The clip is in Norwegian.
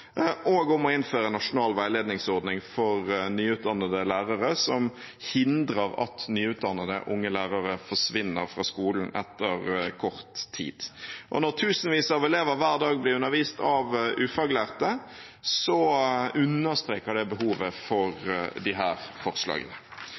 og om å innføre en nasjonal veiledningsordning for nyutdannede lærere som hindrer at nyutdannede unge lærere forsvinner fra skolen etter kort tid. Når tusenvis av elever hver dag blir undervist av ufaglærte, understreker det behovet for